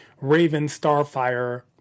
Raven-Starfire